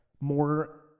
more